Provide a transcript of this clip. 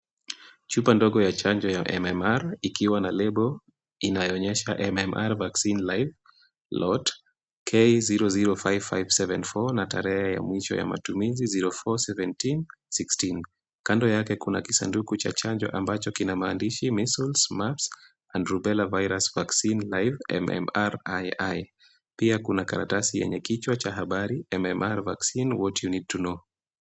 Chupa ndogo ya chanjo ya MMR ikiwa na lebo inayoonyesha ]cs[MMR Vaccine Live, K0055114 , na tarehe ya mwisho ya matumizi 04/17/16 . Kando yake kuna kisanduku cha chanjo ambacho kinamaanisha Missile Maps na Ndrugella Virus Vaccine Live (MMRII) . Pia kuna karatasi yenye kichwa cha habari MMR Vaccine: What You Need to Know .